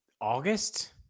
August